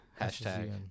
Hashtag